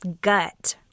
gut